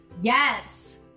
yes